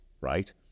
right